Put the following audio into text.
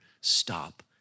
stop